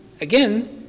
Again